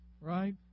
Right